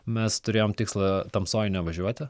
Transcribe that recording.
mes turėjom tikslą tamsoj nevažiuoti